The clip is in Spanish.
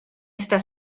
esta